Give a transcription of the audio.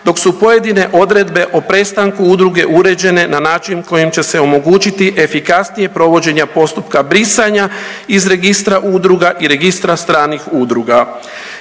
dok su pojedine odredbe o prestanku udruge uređene na način kojim će se omogućiti efikasnije provođenje postupka brisanja iz registra udruga i registra stranih udruga.